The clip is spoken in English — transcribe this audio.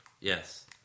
Yes